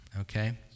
okay